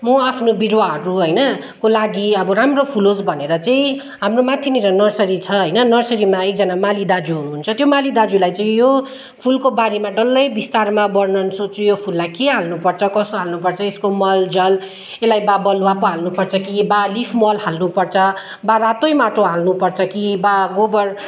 म आफ्नो बिरुवाहरू होइन को लागि अब राम्रो फुलोस् भनेर चाहिँ हाम्रो माथिनिर नर्सरी छ होइन नर्सरीमा एकजना माली दाजु हुनुहुन्छ त्यो माली दाजुलाई चाहिँ यो फुलको बारेमा डल्लै बिस्तारमा वर्णन सोध्छु यो फुललाई के हाल्नुपर्छ कस्तो हाल्नुपर्छ यसको मलजल यसलाई बा बलुवा पो हाल्नुपर्छ कि बा लिफ मल हाल्नुपर्छ बा रातै माटो हाल्नुपर्छ कि बा गोबर